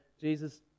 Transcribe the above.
Jesus